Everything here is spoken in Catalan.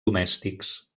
domèstics